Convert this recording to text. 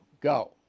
Go